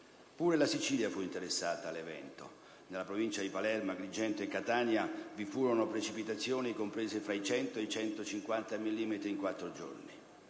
Pure la Sicilia fu interessata dall'evento: nelle province di Palermo, Agrigento e Catania vi furono precipitazioni comprese tra i 100 e i 150 millimetri in quattro giorni,